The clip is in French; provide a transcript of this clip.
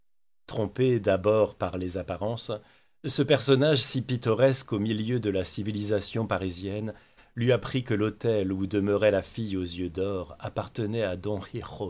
trompé d'abord par les apparences ce personnage si pittoresque au milieu de la civilisation parisienne lui apprit que l'hôtel où demeurait la fille aux yeux d'or appartenait à